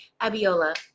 Abiola